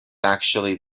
actually